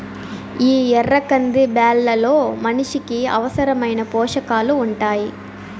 ఈ ఎర్ర కంది బ్యాళ్ళలో మనిషికి అవసరమైన పోషకాలు ఉంటాయి